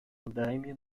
andaime